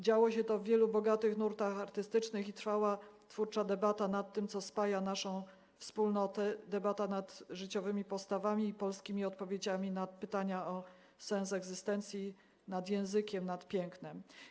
Działo się to w wielu bogatych nurtach artystycznych i trwała twórcza debata nad tym, co spaja naszą wspólnotę, debata nad życiowymi postawami i polskimi odpowiedziami na pytania o sens egzystencji, nad językiem, nad pięknem.